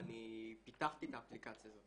אני פיתחתי את האפליקציה הזאת.